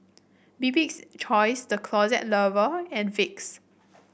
Bibik's Choice The Closet Lover and Vicks